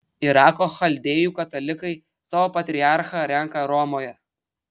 irako chaldėjų katalikai savo patriarchą renka romoje